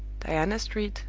diana street,